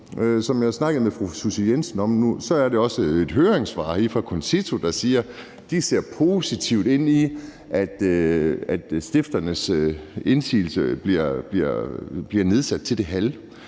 Som jeg talte med fru Susie Jessen om, er der også et høringssvar fra CONCITO, der siger, at de ser positivt ind i, at stifternes indsigelsesret bliver nedsat til det halve,